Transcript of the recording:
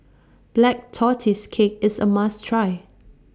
Black Tortoise Cake IS A must Try